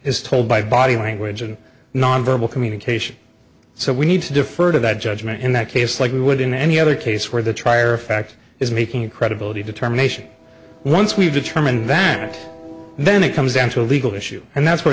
is told by body language and non verbal communication so we need to defer to that judgment in that case like we would in any other case where the trier of fact is making a credibility determination once we determine that then it comes down to a legal issue and that's where